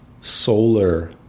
solar